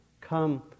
come